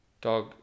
Dog